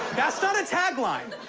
that's not a tagline.